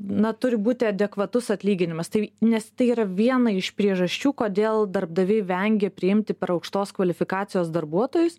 na turi būti adekvatus atlyginimas tai nes tai yra viena iš priežasčių kodėl darbdaviai vengia priimti per aukštos kvalifikacijos darbuotojus